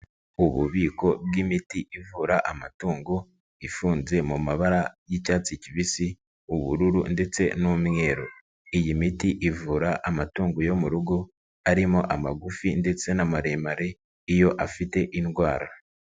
Ububiko bw'imiti ivura amatungo ifunze mu mabara y'icyatsi kibisi, ubururu ndetse n'umweru, iyi miti ivura amatungo yo mu rugo arimo amagufi ndetse n'amaremare iyo afite indwara.